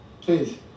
Please